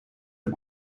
een